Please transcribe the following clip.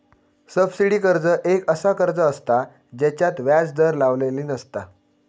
subsidy कर्ज एक असा कर्ज असता जेच्यात व्याज दर लावलेली नसता